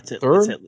Third